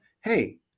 hey